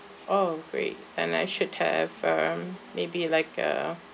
oh great and I should have um maybe like a